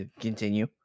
continue